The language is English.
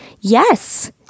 yes